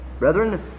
Brethren